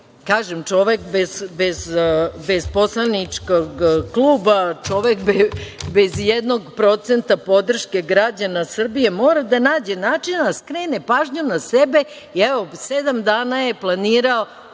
čovek bez poslaničkog kluba, čovek bez ijednog procenta podrške građana Srbije mora da nađe načina da skrene pažnju na sebe i sedam dana je planirao